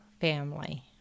family